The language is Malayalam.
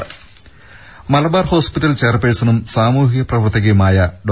രുര മലബാർ ഹോസ്പിറ്റൽ ചെയർ പേഴ്സണും സാമൂഹിക പ്രവർത്തകയുമായ ഡോ